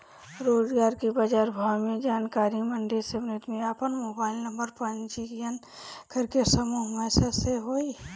रोज के बाजार भाव के जानकारी मंडी समिति में आपन मोबाइल नंबर पंजीयन करके समूह मैसेज से होई?